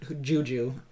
Juju